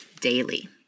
daily